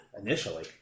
Initially